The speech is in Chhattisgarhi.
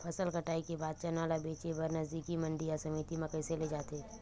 फसल कटाई के बाद चना ला बेचे बर नजदीकी मंडी या समिति मा कइसे ले जाथे?